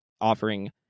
offering